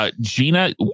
Gina